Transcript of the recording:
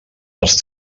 els